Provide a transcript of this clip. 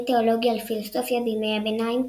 תאולוגיה לפילוסופיה בימי הביניים,